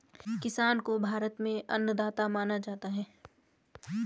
किसान को भारत में अन्नदाता माना जाता है